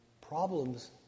Problems